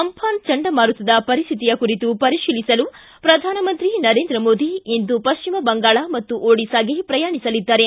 ಅಂಘಾನ್ ಚಂಡಮಾರುತದ ಪರಿಸ್ಥಿತಿಯ ಕುರಿತು ಪರಿಶೀಲಿಸಲು ಪ್ರಧಾನಮಂತ್ರಿ ನರೇಂದ್ರ ಮೋದಿ ಇಂದು ಪಶ್ಚಿಮ ಬಂಗಾಳ ಮತ್ತು ಓಡಿಸ್ಲಾಗೆ ಪ್ರಯಾಣಿಸಲಿದ್ದಾರೆ